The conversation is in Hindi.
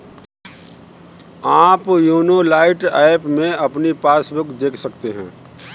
आप योनो लाइट ऐप में अपनी पासबुक देख सकते हैं